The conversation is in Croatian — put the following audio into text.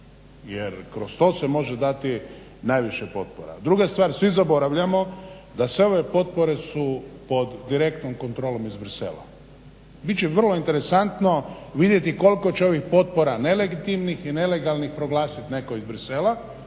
Jer kroz to se može dati najviše potpora. Druga stvar, svi zaboravljamo da sve ove potpore su pod direktnom kontrolom iz Bruxellesa. Bit će vrlo interesantno vidjeti koliko će ovih potpora nelegitimnih i nelegalnih proglasiti netko iz Bruxellesa